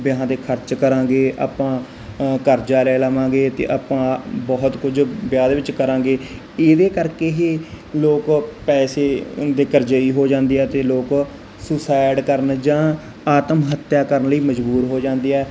ਵਿਆਹ ਦੇ ਖਰਚ ਕਰਾਂਗੇ ਆਪਾਂ ਕਰਜਾ ਲੈ ਲਵਾਂਗੇ ਤੇ ਆਪਾਂ ਬਹੁਤ ਕੁਝ ਵਿਆਹ ਦੇ ਵਿੱਚ ਕਰਾਂਗੇ ਇਹਦੇ ਕਰਕੇ ਇਹ ਲੋਕ ਪੈਸੇ ਦੇ ਕਰਜਈ ਹੋ ਜਾਂਦੇ ਆ ਤੇ ਲੋਕ ਸੁਸਾਈਡ ਕਰਨ ਜਾਂ ਆਤਮ ਹੱਤਿਆ ਕਰਨ ਲਈ ਮਜਬੂਰ ਹੋ ਜਾਂਦੇ ਆ